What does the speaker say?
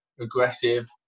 aggressive